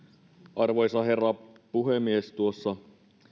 arvoisa herra puhemies tuossa